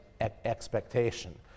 expectation